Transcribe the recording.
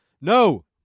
No